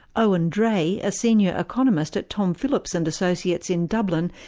ah and drea, a senior economist at tom phillips and associates in dublin,